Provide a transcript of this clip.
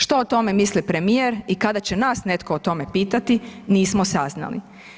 Što o tome misli premijer i kada će nas netko o tome pitati, nismo saznali.